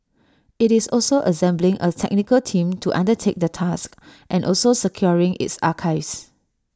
IT is also assembling A technical team to undertake the task and also securing its archives